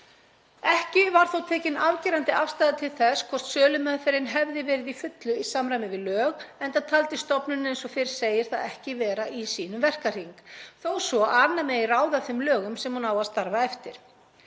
Ekki var þó tekin afgerandi afstaða til þess hvort sölumeðferðin hefði verið í fullu samræmi við lög enda taldi stofnunin eins og fyrr segir það ekki vera í sínum verkahring, þó svo að annað megi ráða af þeim lögum sem hún á að starfa eftir.